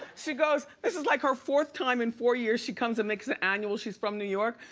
she goes this is like her fourth time in four years she comes and makes it annual. she's from new york.